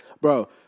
bro